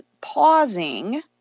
pausing